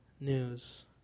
news